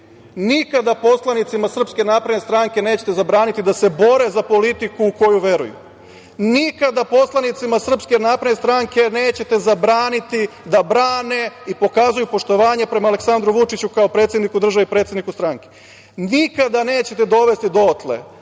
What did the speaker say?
nikada poslanicima SNS nećete zabraniti da se bore za politiku u koju veruju, nikada poslanicima SNS nećete zabraniti da brane i pokazuju poštovanje prema Aleksandru Vučiću kao predsedniku države i predsedniku stranke, nikada nećete dovesti dotle